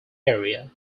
area